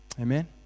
Amen